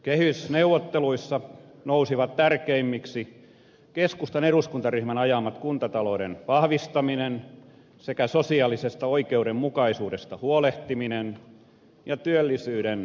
kehysneuvotteluissa nousivat tärkeimmiksi keskustan eduskuntaryhmän ajamat kuntatalouden vahvistaminen sosiaalisesta oikeudenmukaisuudesta huolehtiminen ja työllisyyden parantaminen